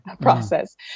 process